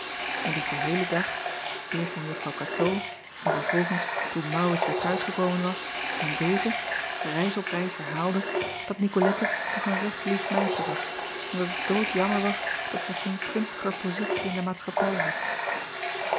en dien geheelen dag eerst aan uffw acob van ennep laasje evenster delen atoo en vervolgens toen aurits weêr t huis gekomen was aan dezen reis op reis herhaalde dat icolette toch een recht lief meisje was en dat het doodjammer was dat zij geen gunstiger pozitie in de maatschappij had